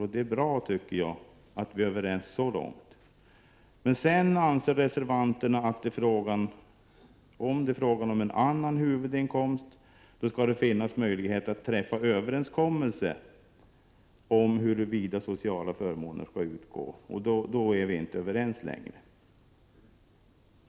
Jag tycker att det är bra att vi är överens så långt. Men sedan anser reservanterna, att det, om det är fråga om en annan huvudinkomst, skall finnas möjlighet att träffa överenskommelse om huruvida sociala förmåner skall utgå. Då är vi inte längre överens.